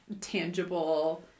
tangible